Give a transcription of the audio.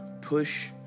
push